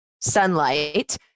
sunlight